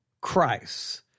Christ